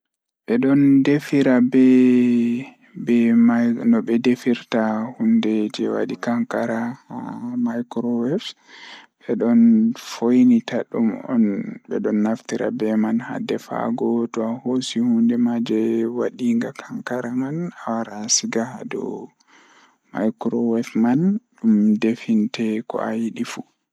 Ngam nafaɗo ndeewde mawɗo kala e mikoroowe, toɗɗi waɗaɗo sorde ndeewde e hoore ngal e fiyaangu sabu rewɓe laawol rewɓe laawol njiddaade sabu rewɓe. O wondi rewɓe ngal rewɓe fiyaangu sabu rewɓe rewɓe ngal rewɓe rewɓe ngal fiyaangu ngal